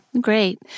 great